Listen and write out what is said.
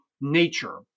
nature